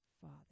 Father